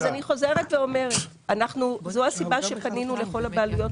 אני חוזרת ואומרת שזו הסיבה שפנינו לכל הבעלויות